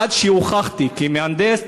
עד שהוכחתי כמהנדס,